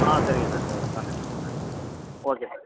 ஆ சரிங்க சார் கண்டெ் பண்ணங்க சார் ஓகே சார்